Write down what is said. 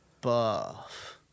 buff